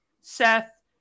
Seth